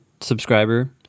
subscriber